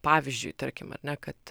pavyzdžiui tarkim ar ne kad